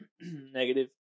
Negative